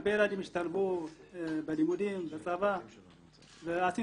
הרבה ילדים השתלבו בלימודים ובצבא ועושים